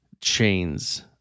chains